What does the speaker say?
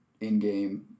in-game